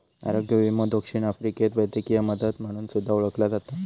आरोग्य विमो दक्षिण आफ्रिकेत वैद्यकीय मदत म्हणून सुद्धा ओळखला जाता